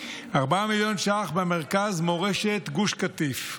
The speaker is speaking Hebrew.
4 מיליון ש"ח למרכז מורשת גוש קטיף,